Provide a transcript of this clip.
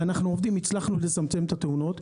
הצלחנו לצמצם את התאונות.